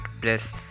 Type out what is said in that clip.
bless